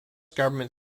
government